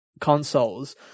consoles